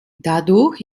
dadurch